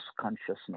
consciousness